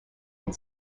and